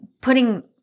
putting